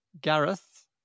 gareth